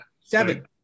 Seven